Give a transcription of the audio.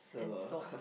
and salt